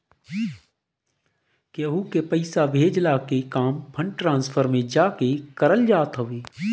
केहू के पईसा भेजला के काम फंड ट्रांसफर में जाके करल जात हवे